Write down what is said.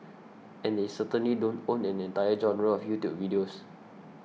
and they certainly don't own an entire genre of YouTube videos